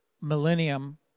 millennium